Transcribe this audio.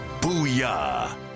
Booyah